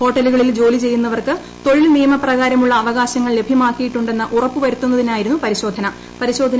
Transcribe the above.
ഹോട്ടലുകളിൽ ജോലി ചെയ്യുന്നവർക്ക് തൊഴിൽ നിയമപ്രകാരമുളള അവകാശങ്ങൾ ലഭ്യമാക്കിയിട്ടുണ്ടെന്ന് ഉറപ്പുവരുത്തുന്നതിനായിരുന്നു പരിശോധന